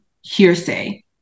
hearsay